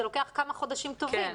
זה לוקח כמה חודשים טובים.